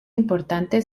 importante